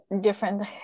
different